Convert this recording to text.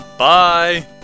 Bye